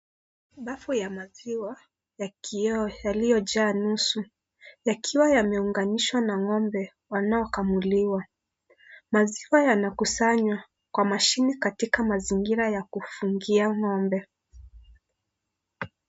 Bavu ya maziwa ya kioo yaliyojaa nusu yakiwa yameunganishwa na ng'ombe wanaokamuliwa. Maziwa yanakusanywa kwa mashini katika mazingira ya kufungia ng'ombe.